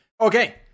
Okay